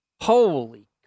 Holy